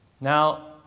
Now